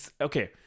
okay